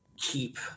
keep